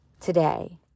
today